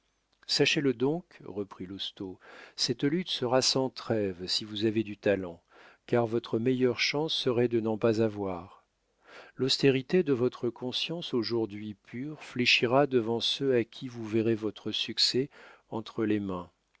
sachez-le donc reprit lousteau cette lutte sera sans trêve si vous avez du talent car votre meilleure chance serait de n'en pas avoir l'austérité de votre conscience aujourd'hui pure fléchira devant ceux à qui vous verrez votre succès entre les mains